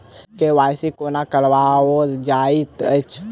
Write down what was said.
KYC कोना कराओल जाइत अछि?